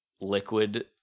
liquid